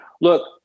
look